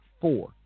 four